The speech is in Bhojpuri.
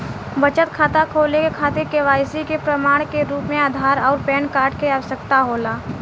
बचत खाता खोले के खातिर केवाइसी के प्रमाण के रूप में आधार आउर पैन कार्ड के आवश्यकता होला